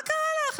מה קרה לך?